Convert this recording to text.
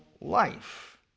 life